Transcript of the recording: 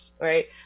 right